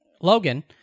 Logan